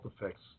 effects